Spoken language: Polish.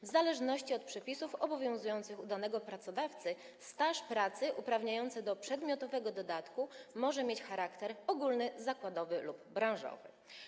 W zależności od przepisów obowiązujących u danego pracodawcy staż pracy uprawniający do przedmiotowego dodatku może mieć charakter ogólny, zakładowy lub branżowy.